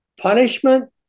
Punishment